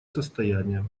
состояние